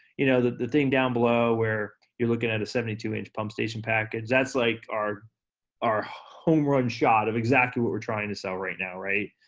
you know, the thing down below where, you're looking at a seventy two inch pump station package, that's like our our home run shot of exactly what we're trying to sell right now, right?